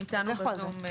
הם איתנו בזום.